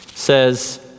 says